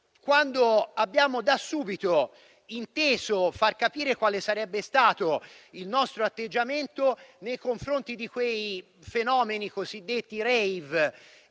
che abbiamo da subito inteso far capire quale sarebbe stato il nostro atteggiamento nei confronti di quei fenomeni cosiddetti *rave*.